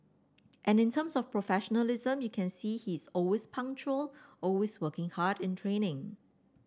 and in terms of professionalism you can see he is always punctual always working hard in training